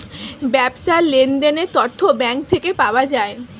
ব্যবসার লেনদেনের তথ্য ব্যাঙ্ক থেকে পাওয়া যায়